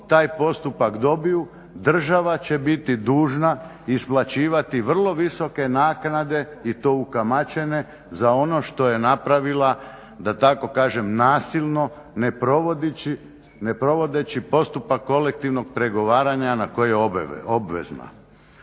taj postupak dobiju država će biti dužna isplaćivati vrlo visoke naknade i to ukamaćene za ono što je napravila da tako kažem nasilno, ne provodeći postupak kolektivnog pregovaranja na koji je obvezna.